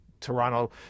Toronto